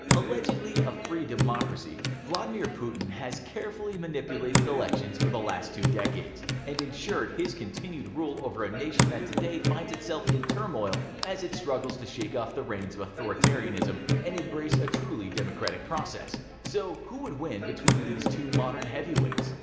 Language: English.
allegedly a free democracy, vladimir putin has carefully manipulated elections for the last two decades and ensured his continued rule over a nation that today finds itself in turmoil as it struggles to shake off the reins of authoritarianism and embrace a truly democratic process. so who would win between these two modern heavyweights?